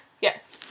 Yes